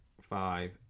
five